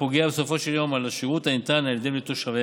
הפוגע בסופו של יום בשירות הניתן על ידיהן לתושביהן.